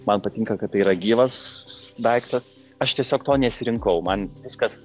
man patinka kad tai yra gyvas daiktas aš tiesiog to nesirinkau man viskas